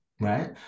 Right